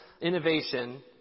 innovation